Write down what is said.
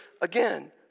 again